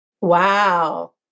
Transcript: Wow